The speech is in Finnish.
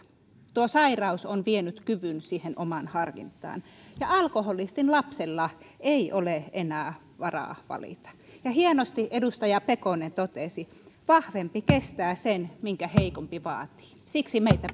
tuo sairaus on vienyt kyvyn siihen omaan harkintaan ja alkoholistin lapsella ei ole enää varaa valita ja hienosti edustaja pekonen totesi että vahvempi kestää sen minkä heikompi vaatii siksi meitä